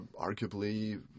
arguably